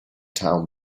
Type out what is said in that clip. town